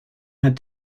had